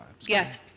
Yes